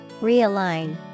Realign